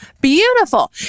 Beautiful